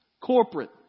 Corporate